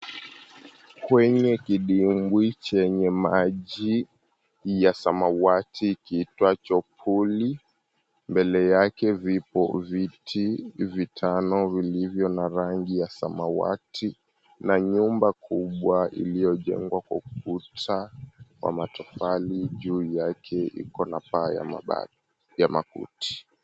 Kwenye kidimbwi chenye maji ya samawati kiitwacho pooli mbele yake vipo viti vitano vilivyo na rangi ya samawati na nyumba kubwa iliyo jengwa kwa ukuta wa matofali juu yake iko na paa ya maba ya makuti.